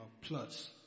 plus